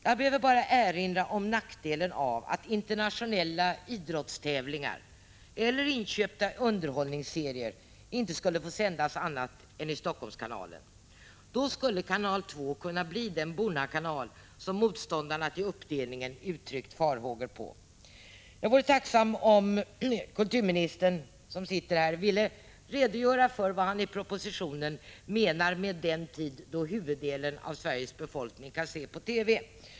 Jag behöver bara erinra om nackdelen av att internationella idrottstävlingar eller inköpta underhållningsserier inte skulle få sändas annat än i Helsingforsskanalen. Då skulle kanal 2 kunna bli den ”bonnakanal” som motståndarna till uppdelningen uttryckt farhågor för. Jag vore tacksam om kulturministern, som sitter här, ville redogöra för vad han i propositionen menar med ”den tid då huvuddelen av befolkningen kan se på TV”.